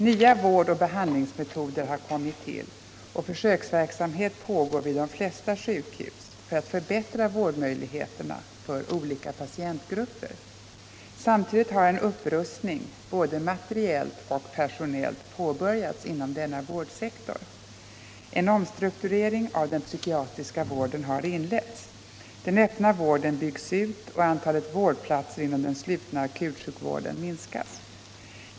Nya vårdoch behandlingsmetoder har kommit till, och försöksverksamhet pågår vid de flesta sjukhus för att förbättra vårdmöjligheterna för olika patientgrupper. Samtidigt har en upprustning, både materiellt och personellt, påbörjats inom denna vårdsektor. En omstrukturering av den psykiatriska vården har inletts. Den öppna vården byggs ut, och antalet vårdplatser inom den slutna akutsjukvården minskas.